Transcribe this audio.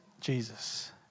Jesus